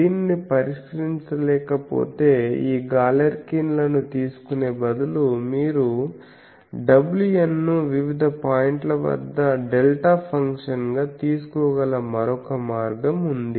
దీనిని పరిష్కరించలేకపోతే ఈ గాలెర్కిన్ లను తీసుకునే బదులు మీరు wn ను వివిధ పాయింట్ల వద్ద డెల్టా ఫంక్షన్గా తీసుకోగల మరొక మార్గం ఉంది